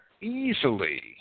easily